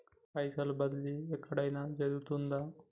పైసల బదిలీ ఎక్కడయిన జరుగుతదా?